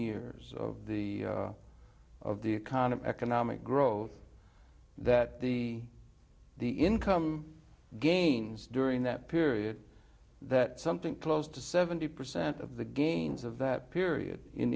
years of the of the economy economic growth that the the income gains during that period that something close to seventy percent of the gains of that period in